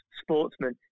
sportsmen